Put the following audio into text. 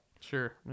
sure